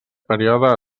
període